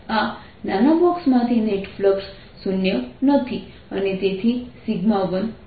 આ નાના બોક્સમાંથી નેટ ફ્લક્સ શૂન્ય નથી અને તેથી 1 શૂન્ય નથી